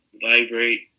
vibrate